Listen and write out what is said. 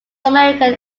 american